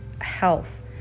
health